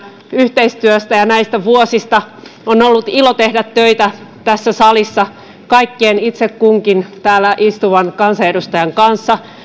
yhteistyöstä ja näistä vuosista on ollut ilo tehdä töitä tässä salissa kaikkien itse kunkin täällä istuvan kansanedustajan kanssa